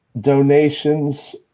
donations